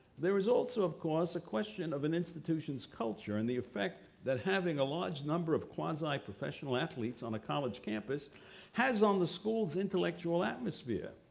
there is also, of course a question of an institution's culture and the effect that having a large number of quasi-professional athletes on a college campus has on the school's intellectual atmosphere.